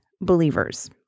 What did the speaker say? believers